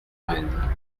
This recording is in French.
reine